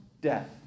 death